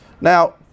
Now